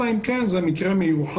אלא אם כן זה מקרה מיוחד,